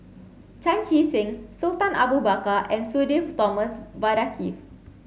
Chan Chee Seng Sultan Abu Bakar and Sudhir Thomas Vadaketh